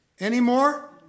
anymore